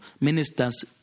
ministers